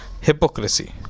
Hypocrisy